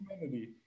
humanity